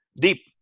deep